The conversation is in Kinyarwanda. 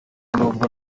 nubwo